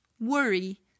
Worry